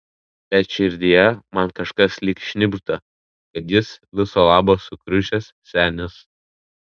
bet širdyje man kažkas lyg šnibžda kad jis viso labo sukiužęs senis